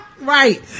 right